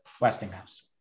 Westinghouse